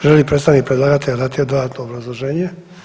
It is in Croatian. Želi li predstavnik predlagatelja dati dodatno obrazloženje?